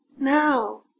now